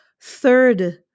third